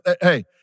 hey